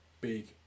big